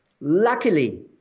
Luckily